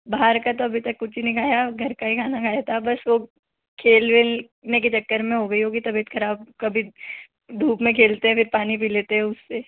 बाहर का तो अभी तक कुछ नहीं खाया घर का ही खाना खाया था बस वो खेलने वेलने के चक्कर में हो गई होंगी तबियत खराब कभी धूप में खेलते हैं फिर पानी पी लेते हैं उससे